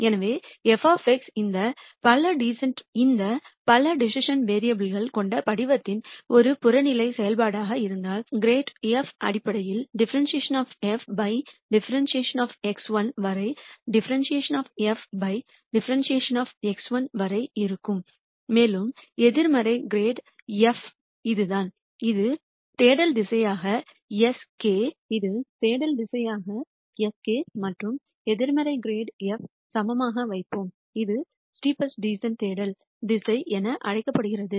எனவே f இந்த பல டிசிசன் வேரியபுல் கள் கொண்ட படிவத்தின் ஒரு புறநிலை செயல்பாடாக இருந்தால் கிராட் f அடிப்படையில் ∂f ∂x1 வரை ∂f ∂x1 வரை இருக்கும் மேலும் எதிர்மறை கிரேடு f இதுதான் இது தேடல் திசையாக sk மற்றும் எதிர்மறை கிரேடு f சமமாக வைப்போம் இது ஸ்டெப்பஸ்ட் டீசன்ட் தேடல் திசை என அழைக்கப்படுகிறது